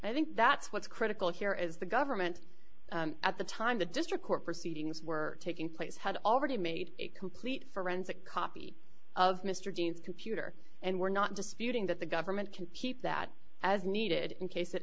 i think that's what's critical here is the government at the time the district court proceedings were taking place had already made a complete forensic copy of mr dean's computer and we're not disputing that the government can keep that as needed in case it